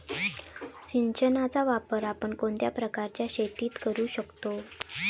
सिंचनाचा वापर आपण कोणत्या प्रकारच्या शेतीत करू शकतो?